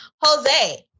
Jose